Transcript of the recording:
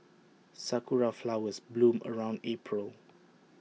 Sakura Flowers bloom around April